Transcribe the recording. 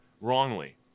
wrongly